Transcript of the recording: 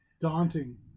Daunting